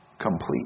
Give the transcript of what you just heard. complete